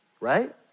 right